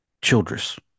Childress